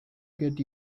get